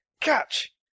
Catch